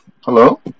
Hello